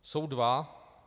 Jsou dva.